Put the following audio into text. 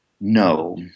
no